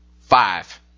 five